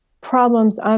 problems